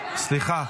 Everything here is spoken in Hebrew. סליחה.